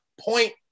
point